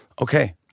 okay